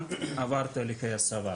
נראה כמו M16. הוא גם עבר תהליכי הסבה.